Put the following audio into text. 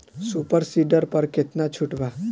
Super seeder पर केतना छूट बा?